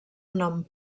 nom